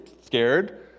scared